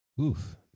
Oof